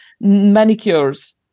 manicures